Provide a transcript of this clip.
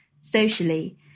socially